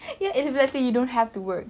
ya if let's say you don't have to work